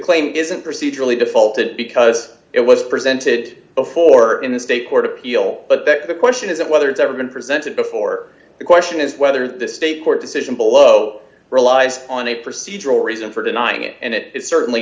claim isn't procedurally defaulted because it was presented before in a state court appeal but that the question isn't whether it's ever been presented before the question is whether the state court decision below relies on a procedural reason for denying it and it certainly